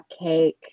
cupcake